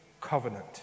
covenant